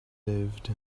lived